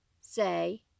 say